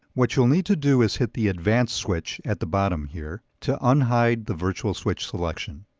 what you'll need to do is hit the advanced switch at the bottom here to unhide the virtual switch selection.